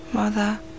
Mother